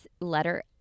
letter